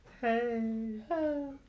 Hey